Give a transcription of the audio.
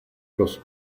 los